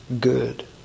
good